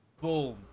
boom